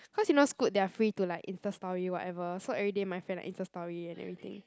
cause you know Scoot they are free to like Insta story whatever so everyday my friend like Insta story and everything